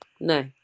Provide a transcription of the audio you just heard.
no